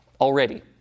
already